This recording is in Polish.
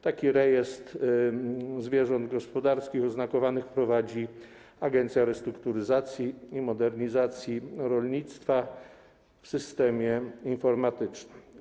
Taki rejestr zwierząt gospodarskich oznakowanych prowadzi Agencja Restrukturyzacji i Modernizacji Rolnictwa w systemie informatycznym.